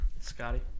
Scotty